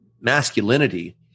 masculinity